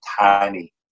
tiny